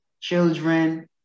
children